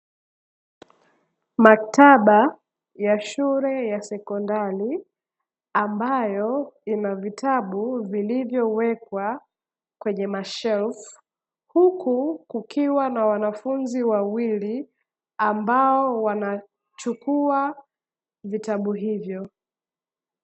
Maktaba ya shule ya sekondari, ambayo ina vitabu vilivyowekwa kwenye mashelfu, huku kukiwa na wanafunzi wawili ambao wanachukua vitabu hivyo.